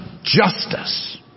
Justice